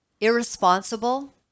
irresponsible